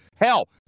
Hell